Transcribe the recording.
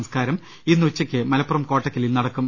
സംസ്കാരം ഇന്ന് ഉച്ചയ്ക്ക് മലപ്പുറം കോട്ടയ്ക്കലിൽ നടക്കും